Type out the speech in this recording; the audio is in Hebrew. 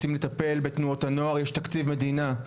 רוצים לטפל בתנועות הנוער יש תקציב מדינה.